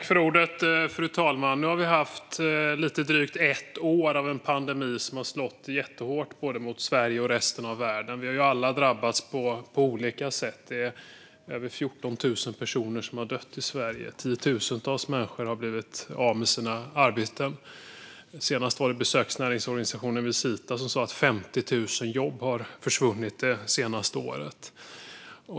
Fru talman! Nu har vi haft lite drygt ett år av en pandemi som har slagit jättehårt mot både Sverige och resten av världen. Vi har alla drabbats på olika sätt. Över 14 000 personer har dött i Sverige, och tiotusentals människor har blivit av med sina arbeten. Besöksnäringsorganisationen Visita sa nyligen att 50 000 jobb har försvunnit under det senaste året.